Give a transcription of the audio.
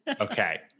Okay